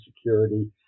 security